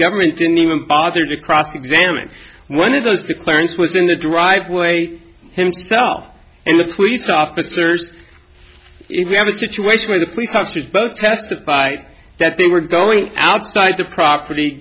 government didn't even bother to cross examine one of those to clarence was in the driveway himself and the police officers we have a situation where the police officers both testified that they were going outside the property